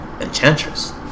Enchantress